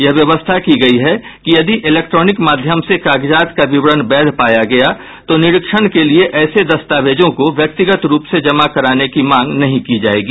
यह व्यवस्था की गई है कि यदि इलेक्ट्रानिक माध्यम से कागजात का विवरण वैध पाया गया तो निरीक्षण के लिए ऐसे दस्तावेजों को व्यक्तिगत रूप से जमा कराने की मांग नहीं की जाएगी